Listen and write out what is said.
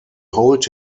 hold